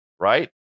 right